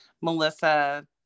Melissa